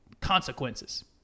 consequences